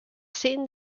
seen